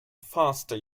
faster